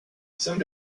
some